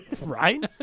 Right